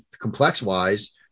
complex-wise